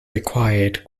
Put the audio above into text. required